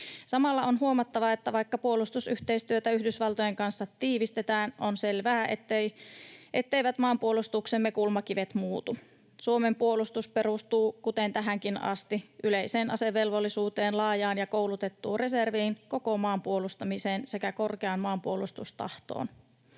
Samalla on huomattava, että vaikka puolustusyhteistyötä Yhdysvaltojen kanssa tiivistetään, on selvää, etteivät maanpuolustuksemme kulmakivet muutu. Suomen puolustus perustuu, kuten tähänkin asti, yleiseen asevelvollisuuteen, laajaan ja koulutettuun reserviin, koko maan puolustamiseen sekä korkeaan maanpuolustustahtoon.